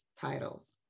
titles